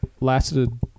lasted